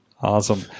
Awesome